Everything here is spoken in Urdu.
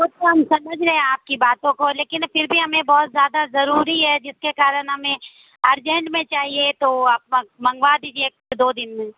وہ تو ہم سمجھ رہے آپ کی باتوں کو لیکن پھر بھی ہمیں بہت زیادہ ضروری ہے جس کے کارن ہمیں ارجنٹ میں چاہیے تو آپ منگوا دیجیے ایک دو دن میں